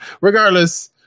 regardless